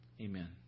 Amen